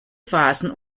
phasen